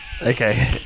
okay